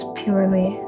purely